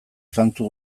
zantzu